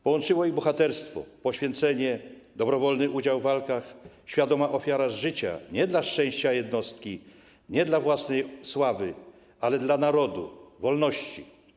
Połączyło ich bohaterstwo, poświęcenie, dobrowolny udział w walkach, świadoma ofiara życia - nie dla szczęścia jednostki, nie dla własnej sławy, ale dla narodu, wolności.